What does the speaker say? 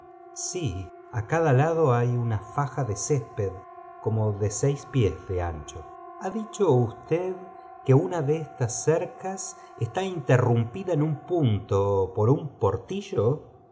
sí á cada lado hay una faja de césped corno de seis pies de ancho r ha dicho usted que una de estas cercas está mtennunpida en un punto por un portillo